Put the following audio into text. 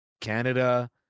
Canada